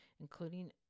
including